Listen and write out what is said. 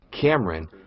Cameron